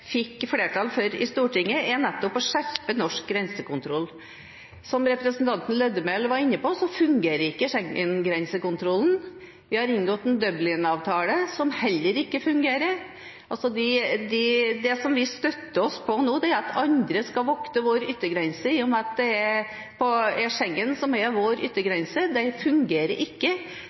fikk flertall for i Stortinget, er nettopp å skjerpe norsk grensekontroll. Som representanten Lødemel var inne på, fungerer ikke Schengen-grensekontrollen. Vi har inngått en Dublin-avtale som heller ikke fungerer. Det vi støtter oss på nå, er at andre skal vokte vår yttergrense, i og med at det er Schengen som er vår yttergrense. Den fungerer ikke.